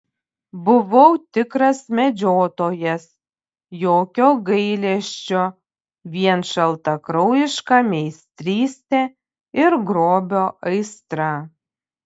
buvau tikras medžiotojas jokio gailesčio vien šaltakraujiška meistrystė ir grobio aistra